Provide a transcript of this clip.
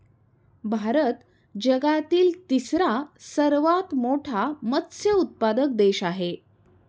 भारत जगातील तिसरा सर्वात मोठा मत्स्य उत्पादक देश आहे